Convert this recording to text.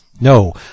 No